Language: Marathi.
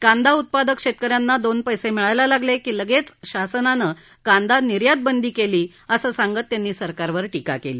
कांदा उत्पादक शेतकऱ्यांना दोन पैसे मिळायला लागले की लगेच शासनानं कांदा निर्यातबंदी केली असं सांगत त्यांनी सरकारवर टीका केली